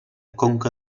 conca